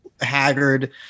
haggard